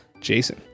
Jason